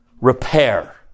repair